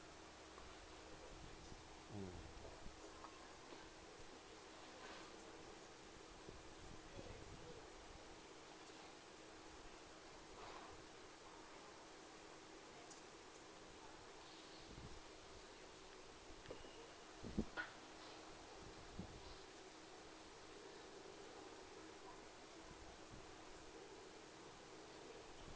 mm